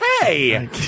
Hey